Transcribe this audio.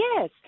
yes